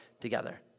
together